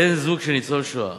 בן-זוג של ניצול שואה